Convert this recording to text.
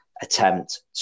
attempt